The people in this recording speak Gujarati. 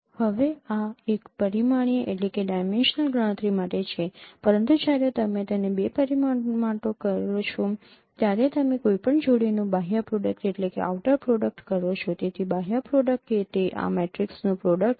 હવે આ એક પરિમાણીય ગણતરી માટે છે પરંતુ જ્યારે તમે તેને બે પરિમાણો માટે કરો છો ત્યારે તમે કોઈપણ જોડીનું બાહ્ય પ્રોડક્ટ કરો છો તેથી બાહ્ય પ્રોડક્ટ કે તે આ મેટ્રિસીસનું પ્રોડક્ટ છે